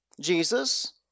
Jesus